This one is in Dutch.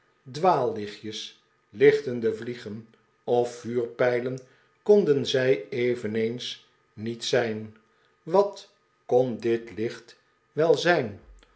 dwaalliehtjes liehtende vliegen of vuurpijlen konden zij eveneens niet zijn wat kon dit licht dan wel zijn